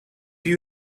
you